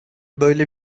böyle